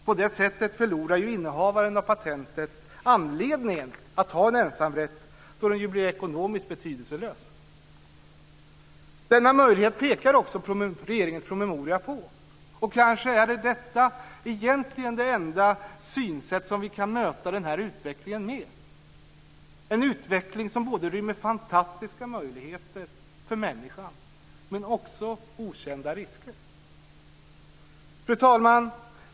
På det sättet förlorar ju innehavaren av patentet anledningen att ha en ensamrätt då den ju blir ekonomiskt betydelselös. Denna möjlighet pekar också regeringens promemoria på, och kanske är detta egentligen det enda säkra synsätt som vi kan möta den här utveckling med. Det är en utveckling som rymmer fantastiska möjligheter för människan men också okända risker. Fru talman!